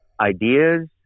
Ideas